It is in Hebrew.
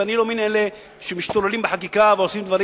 ואני לא מאלה שמשתוללים בחקיקה ועושים דברים